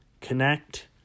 connect